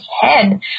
head